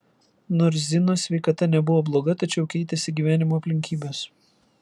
nors zinos sveikata nebuvo bloga tačiau keitėsi gyvenimo aplinkybės